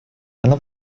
она